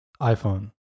iPhone